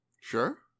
Sure